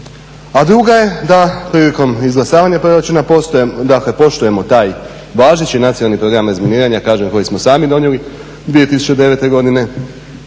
A druga je da prilikom izglasavanja proračuna postoje, dakle poštujemo taj važeći Nacionalni program razminiranja kažem koji smo sami donijeli 2009. godine